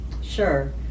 sure